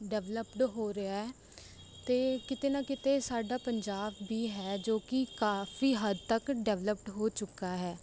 developed ਹੋ ਰਿਹਾ ਹੈ ਅਤੇ ਕਿਤੇ ਨਾ ਕਿਤੇ ਸਾਡਾ ਪੰਜਾਬ ਵੀ ਹੈ ਜੋ ਕਿ ਕਾਫੀ ਹੱਦ ਤੱਕ ਡੈਵਲਅਪਡ ਹੋ ਚੁੱਕਾ ਹੈ